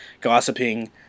gossiping